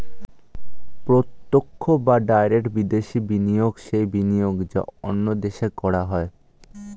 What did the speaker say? প্রত্যক্ষ বা ডাইরেক্ট বিদেশি বিনিয়োগ সেই বিনিয়োগ যা অন্য দেশে করা হয়